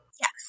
Yes